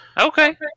Okay